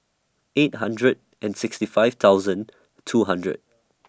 eight hundred and sixty five thousand two hundred